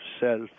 self